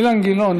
אילן גילאון,